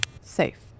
Safe